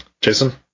Jason